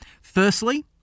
Firstly